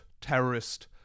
terrorist